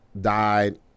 died